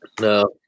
No